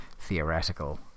theoretical